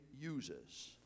uses